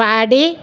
పాడి